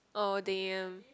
oh damn